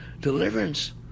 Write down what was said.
deliverance